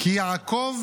כי יעקב